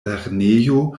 lernejo